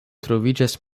troviĝas